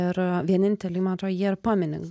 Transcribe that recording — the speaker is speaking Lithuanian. ir vieninteliai man atrodo jie ir pamini